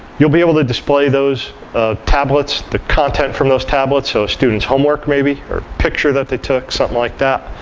you'll be able to display those tablets, the content from those tablets, so students' homework maybe, or a picture that they took, something like that.